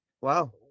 Wow